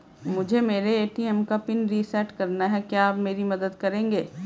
मुझे मेरे ए.टी.एम का पिन रीसेट कराना है क्या आप मेरी मदद करेंगे?